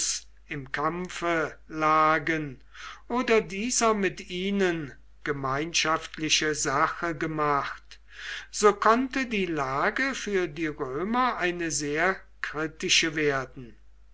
im kampfe lagen oder dieser mit ihnen gemeinschaftliche sache gemacht so konnte die lage für die römer eine sehr kritische werden